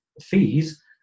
fees